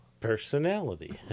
personality